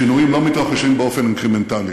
שינויים לא מתרחשים באופן אינקרמנטלי.